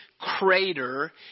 crater